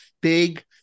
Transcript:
big